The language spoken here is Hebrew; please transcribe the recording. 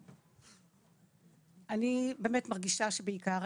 אני באמת מרגישה שבעיקר,